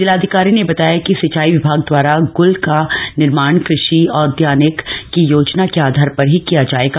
जिलाधिकारी ने बताया कि सिंचाई विभाग दवारा गुल का निर्माण कृषि औदयानिक की योजना के आधार पर ही किया जाएगा